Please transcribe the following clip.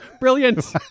Brilliant